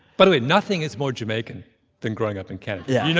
by the way, nothing is more jamaican than growing up in canada yeah.